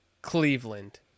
Cleveland